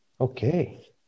Okay